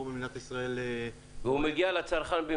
במדינת ישראל -- באיזה מחיר הוא מגיע לצרכן?